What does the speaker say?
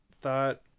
thought